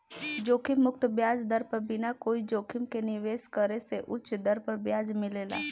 जोखिम मुक्त ब्याज दर पर बिना कोई जोखिम के निवेश करे से उच दर पर ब्याज मिलेला